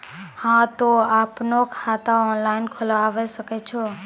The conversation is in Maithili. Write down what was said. हाँ तोय आपनो खाता ऑनलाइन खोलावे सकै छौ?